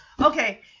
Okay